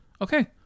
Okay